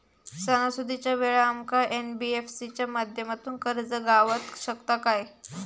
सणासुदीच्या वेळा आमका एन.बी.एफ.सी च्या माध्यमातून कर्ज गावात शकता काय?